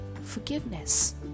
forgiveness